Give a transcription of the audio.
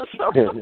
Okay